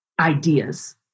ideas